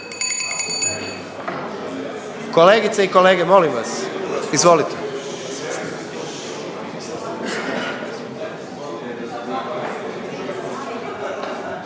Kolegice i kolege, molim vas. Izvolite./….